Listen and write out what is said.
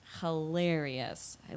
hilarious